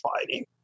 fighting